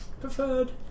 preferred